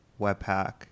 Webpack